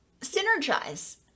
synergize